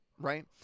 right